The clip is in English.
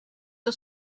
two